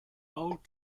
old